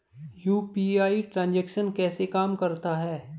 UPI transaction कैसे काम करता है?